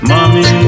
Mommy